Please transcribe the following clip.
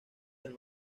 del